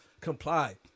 comply